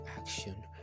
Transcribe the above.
action